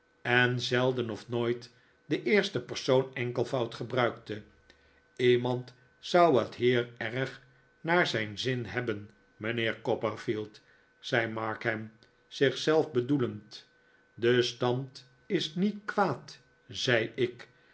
en zelden of nooit den eersten persoon enkelvoud gebruikte iemand zou het hier erg naar zijn zin hebben mijnheer copperfield zei markham zich zelf bedoelend de stand is niet kwaad zei ik